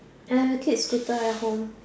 I have a kid scooter at home